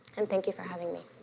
and thank you for having me.